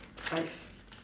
five